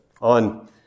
on